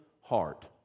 heart